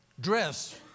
dress